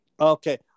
okay